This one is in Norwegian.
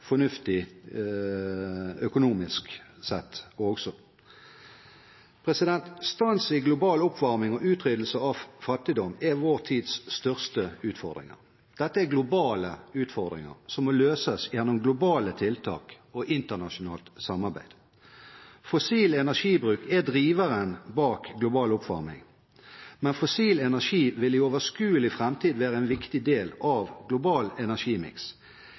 fornuftig økonomisk sett også. Stans i global oppvarming og utryddelse av fattigdom er vår tids største utfordringer. Dette er globale utfordringer som må løses gjennom globale tiltak og internasjonalt samarbeid. Fossil energibruk er driveren bak global oppvarming, men fossil energi vil i overskuelig framtid være en viktig del av